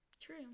True